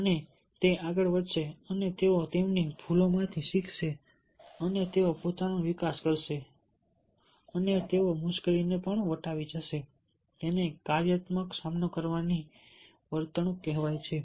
અને તે આગળ વધશે અને તેઓ તેમની ભૂલોમાંથી શીખશે અને તેઓ પોતાનો વિકાસ કરશે અને તેઓ પણ મુશ્કેલીઓને વટાવી જશે તેને કાર્યાત્મક સામનો કરવાની વર્તણૂક કહેવાય છે